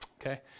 Okay